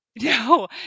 No